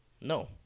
No